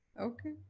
Okay